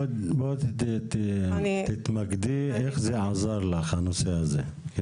בואי תתמקדי איך זה עזר לך הנושא הזה.